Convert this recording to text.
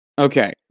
Okay